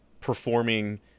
performing